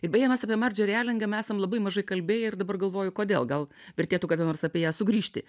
ir beje mes apie merdžerį alingem esam labai mažai kalbėję ir dabar galvoju kodėl gal vertėtų kada nors apie ją sugrįžti